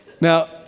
now